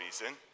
reason